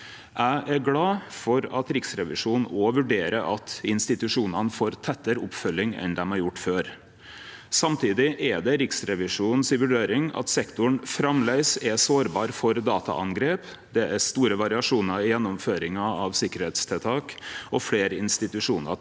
Eg er glad for at Riksrevisjonen også vurderer at institusjonane får tettare oppfølging enn før. Samtidig er det Riksrevisjonens vurdering at sektoren framleis er sårbar for dataangrep, det er store variasjonar i gjennomføringa av sikkerheitstiltak, og fleire institusjonar treng